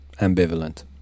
Ambivalent